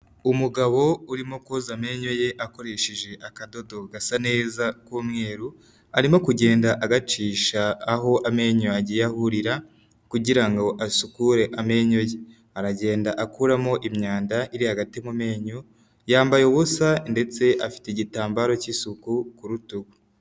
Umugabo urimo koza amenyo ye akoresheje akadodo gasa neza k'umweru arimo kugenda agacisha aho amenyo agiyeya ahurira kugira ngo asukure amenyo ye aragenda akuramo imyanda iri hagati mu menyo yambaye ubusa ndetse afite igitambaro cy'isuku ku rutugu.